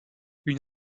une